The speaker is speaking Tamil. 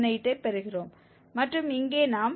5178ஐ பெறுகிறோம் மற்றும் இங்கே நாம் 8